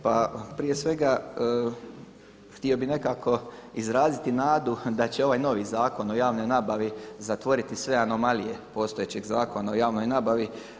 Pa prije svega htio bi nekako izraziti nadu da će ovaj novi Zakon o javnoj nabavi zatvoriti sve anomalije postojećeg Zakona o javnoj nabavi.